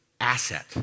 asset